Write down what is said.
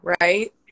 Right